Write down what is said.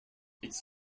its